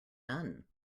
none